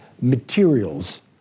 materials